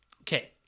okay